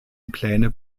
pläne